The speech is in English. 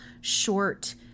short